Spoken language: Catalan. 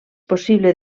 possible